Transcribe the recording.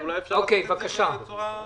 אולי אפשר לעשות את זה בצורה מהירה.